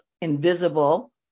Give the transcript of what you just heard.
invisible